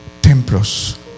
templos